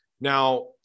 Now